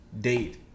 date